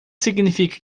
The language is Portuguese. significa